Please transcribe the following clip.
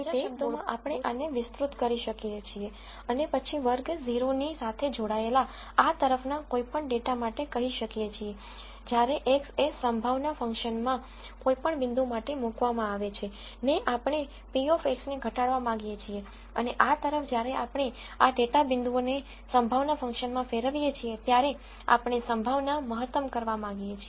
તેથી બીજા શબ્દોમાં આપણે આને વિસ્તૃત કરી શકીએ છીએ અને પછી વર્ગ 0 ની સાથે જોડાયેલા આ તરફના કોઈપણ ડેટા માટે કહી શકીએ છીએ જ્યારે x એ સંભાવના ફંક્શનમાં કોઈપણ બિંદુ માટે મુકવામાં આવે છે ને આપણે p of x ને ઘટાડવા માગીએ છીએ અને આ તરફ જ્યારે આપણે આ ડેટા બિંદુઓને સંભાવના ફંક્શનમાં ફેરવીએ છીએત્યારે આપણે સંભાવના મહત્તમ કરવા માંગીએ છીએ